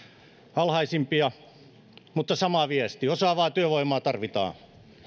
alhaisimpia mutta sama viesti eli osaavaa työvoimaa tarvitaan